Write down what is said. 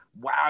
Wow